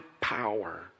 power